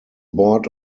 board